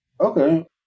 Okay